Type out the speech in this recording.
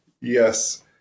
Yes